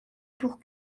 pour